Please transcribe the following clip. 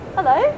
Hello